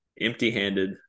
empty-handed